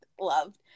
loved